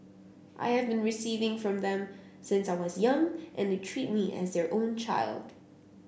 I have been receiving from them since I was young and they treat me as their own child